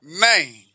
name